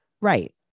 right